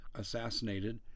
assassinated